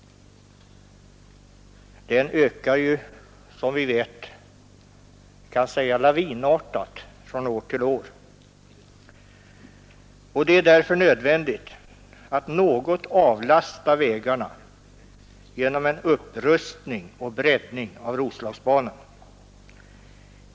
Den ökar som vi vet lavinartat från år till år. Det är därför nödvändigt att något avlasta vägarna genom en upprustning och breddning av Roslagsbanan.